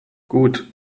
gut